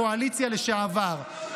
הקואליציה לשעבר,